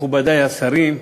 מכובדי השרים,